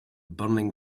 burning